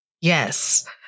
Yes